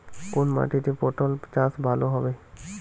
কোন মাটিতে পটল চাষ ভালো হবে?